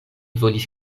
volis